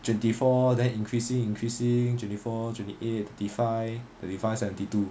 twenty four then increasing increasing twenty four twenty eight thirty five thirty five seventy two